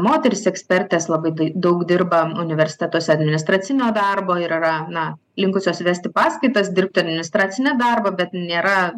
moterys ekspertės labai dai daug dirba universitetuose administracinio darbo ir yra na linkusios vesti paskaitas dirbti administracinį darbą bet nėra